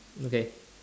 okay